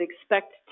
expect